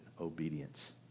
obedience